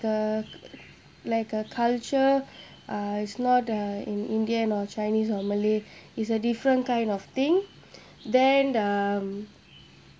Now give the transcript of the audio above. the like a culture uh it's not uh in indian or chinese or malay it's a different kind of thing then umm